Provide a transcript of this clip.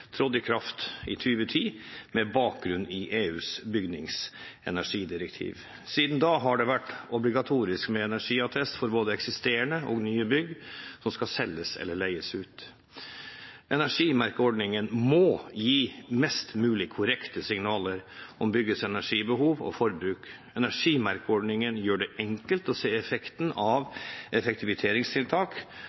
trådte i kraft i 2010, med bakgrunn i EUs bygningsenergidirektiv. Siden da har det vært obligatorisk med energiattest for både eksisterende og nye bygg som skal selges eller leies ut. Energimerkeordningen må gi mest mulig korrekte signaler om byggets energibehov og -forbruk. Energimerkeordningen gjør det enkelt å se effekten av